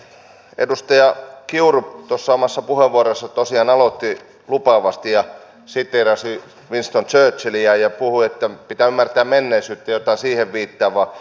edustaja kiuru oman puheenvuoronsa tosiaan aloitti lupaavasti ja siteerasi winston churchilliä ja puhui että pitää ymmärtää menneisyyttä jotain siihen viittaavaa